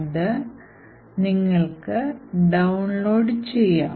അത് നിങ്ങൾക്ക് ഡൌൺലോഡ് ചെയ്യാം